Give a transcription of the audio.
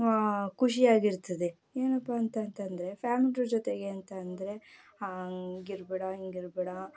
ಖುಷಿಯಾಗಿರ್ತದೆ ಏನಪ್ಪ ಅಂತ ಅಂತಂದರೆ ಫ್ಯಾಮಿಲಿ ಜೊತೆಗೆ ಅಂತ ಅಂದರೆ ಹಾಗಿರ್ಬೇಡ ಹೀಗಿರ್ಬೇಡ